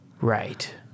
Right